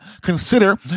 consider